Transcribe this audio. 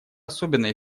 особенно